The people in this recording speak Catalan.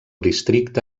districte